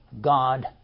God